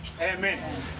Amen